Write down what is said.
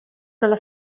della